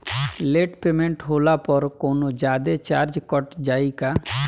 Late payment होला पर कौनोजादे चार्ज कट जायी का?